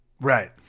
Right